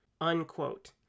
Unquote